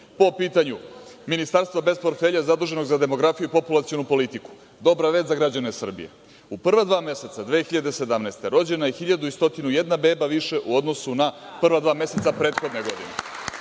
po pitanju Ministarstva bez portfelja zaduženog za demografiju i populacionu politiku. Dobra vest za građane Srbije, u prva dva meseca 2017. godine rođeno je 1.101 beba više u odnosu na prva dva meseca prethodne godine.